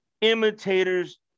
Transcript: imitators